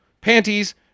panties